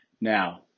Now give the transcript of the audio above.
Now